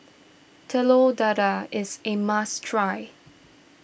Telur Dadah is a must try